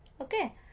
okay